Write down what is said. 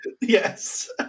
Yes